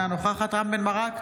אינה נוכחת רם בן ברק,